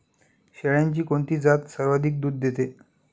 शेळ्यांची कोणती जात सर्वाधिक दूध देते?